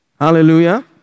Hallelujah